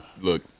look